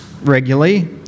regularly